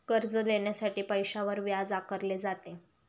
कर्ज देण्यासाठी पैशावर व्याज आकारले जाते